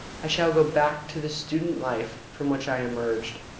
i shall go back to the student life from which i emerged.